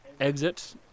exit